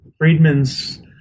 Friedman's